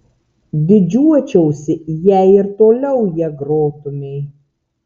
didžiuočiausi jei ir toliau ja grotumei